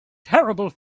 terrible